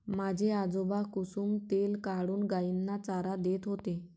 माझे आजोबा कुसुम तेल काढून गायींना चारा देत होते